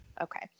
Okay